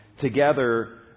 together